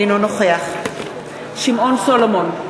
אינו נוכח שמעון סולומון,